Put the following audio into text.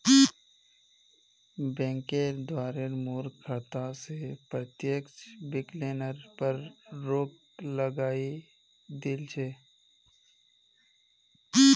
बैंकेर द्वारे मोर खाता स प्रत्यक्ष विकलनेर पर रोक लगइ दिल छ